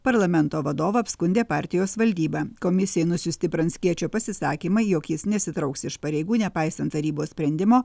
parlamento vadovą apskundė partijos valdyba komisijai nusiųsti pranckiečio pasisakymai jog jis nesitrauks iš pareigų nepaisant tarybos sprendimo